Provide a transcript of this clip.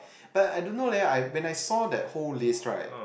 but I don't know leh I when I saw that whole list right